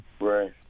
Right